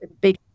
big